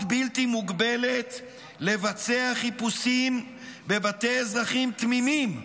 בלתי מוגבלת לבצע חיפושים בבתי אזרחים תמימים,